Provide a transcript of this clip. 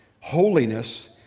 Holiness